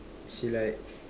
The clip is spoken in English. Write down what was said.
she like